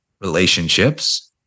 relationships